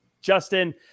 Justin